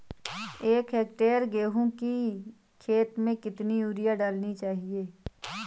एक हेक्टेयर गेहूँ की खेत में कितनी यूरिया डालनी चाहिए?